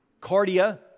Cardia